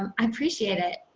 i appreciate it.